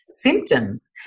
symptoms